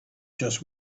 just